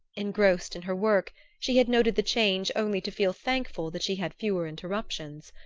engrossed in her work, she had noted the change only to feel thankful that she had fewer interruptions.